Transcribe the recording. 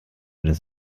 des